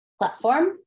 platform